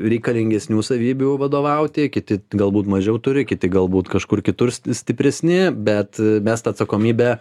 reikalingesnių savybių vadovauti kiti galbūt mažiau turi kiti galbūt kažkur kitur stipresni bet mes tą atsakomybę